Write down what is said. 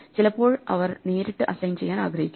ചിലപ്പോൾ അവർ നേരിട്ട് അസൈൻ ചെയ്യാൻ ആഗ്രഹിക്കുന്നു